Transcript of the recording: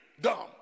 dumb